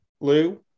Lou